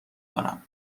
کنم